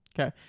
Okay